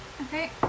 Okay